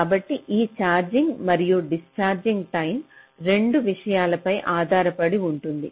కాబట్టి ఈ ఛార్జింగ్ మరియు డిస్ఛార్జింగ్ టైం 2 విషయాలపై ఆధారపడి ఉంటుంది